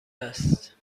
است